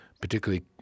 particularly